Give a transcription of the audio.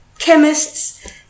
chemists